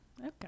Okay